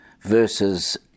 verses